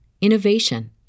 innovation